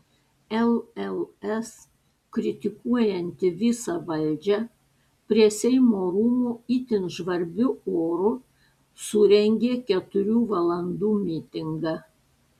lls kritikuojanti visą valdžią prie seimo rūmų itin žvarbiu oru surengė keturių valandų mitingą